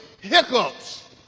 hiccups